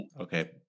Okay